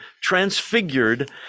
transfigured